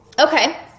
Okay